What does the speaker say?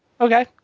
Okay